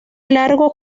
luego